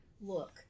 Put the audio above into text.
look